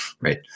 right